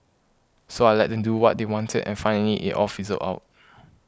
so I let them do what they wanted and finally it all fizzled out